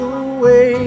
away